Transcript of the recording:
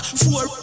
four